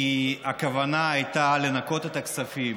כי הכוונה הייתה לנכות את הכספים